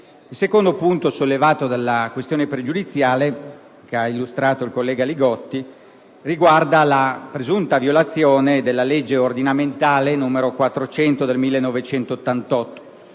Il secondo punto sollevato nella questione pregiudiziale illustrata dal senatore Li Gotti riguarda la presunta violazione della legge ordinamentale n. 400 del 1988